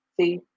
see